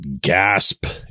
gasp